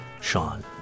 Sean